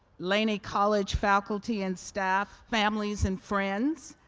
laney college faculty and staff, families and friends,